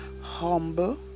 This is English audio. humble